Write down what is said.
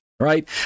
Right